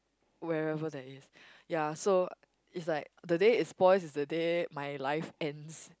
wherever there is ya so it's like the day it spoils is the day my life ends